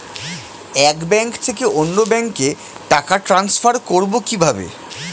এক ব্যাংক থেকে অন্য ব্যাংকে টাকা ট্রান্সফার করবো কিভাবে?